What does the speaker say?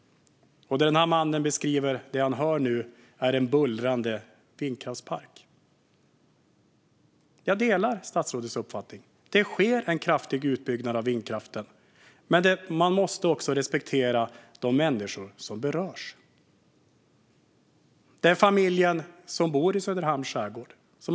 Den här mannen beskriver att det han hör nu är en bullrande vindkraftspark. Det handlar också om familjen som bor i Söderhamns skärgård. De har valt att bo där för att de vill bo vackert och naturnära. De vill se den vackra kusten. De vill alltså inte bo vid ett tivoli.